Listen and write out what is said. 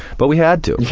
but we had to.